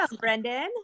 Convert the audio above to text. brendan